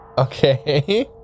Okay